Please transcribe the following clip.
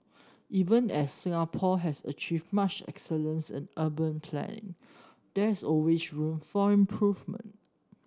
even as Singapore has achieved much excellence in urban planning there is always room for improvement